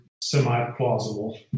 semi-plausible